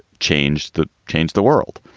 change that changed the world.